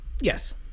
Yes